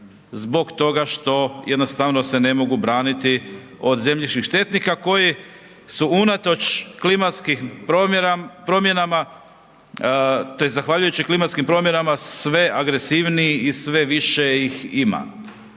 zbog toga što jednostavno se ne mogu braniti od zemljišnih štetnika koji su unatoč klimatskim promjenama tj. zahvaljujući klimatskim promjenama sve agresivniji i sve više ih ima.